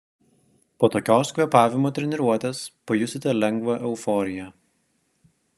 po tokios kvėpavimo treniruotės pajusite lengvą euforiją